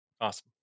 Awesome